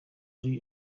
ari